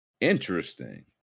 interesting